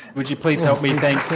would you please help me thank